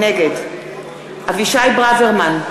נגד אבישי ברוורמן,